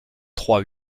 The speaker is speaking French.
trois